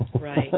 Right